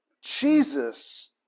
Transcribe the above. Jesus